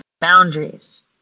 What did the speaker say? boundaries